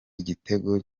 igitego